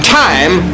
time